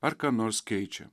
ar ką nors keičia